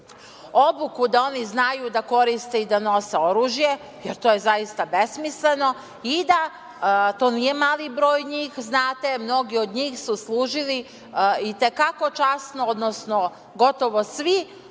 obuku da znaju da koriste i nose oružje, jer to je zaista besmisleno. To nije mali broj njih, znate, mnogi od njih su služili i te kako časno, odnosno gotovo svi